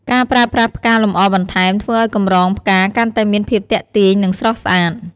ការប្រើប្រាស់ផ្កាលម្អបន្ថែម ធ្វើឲ្យកម្រងផ្កាកាន់តែមានភាពទាក់ទាញ និងស្រស់ស្អាត។